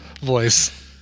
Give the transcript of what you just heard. voice